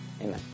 Amen